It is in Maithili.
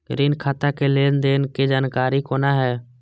ऋण खाता के लेन देन के जानकारी कोना हैं?